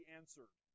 answered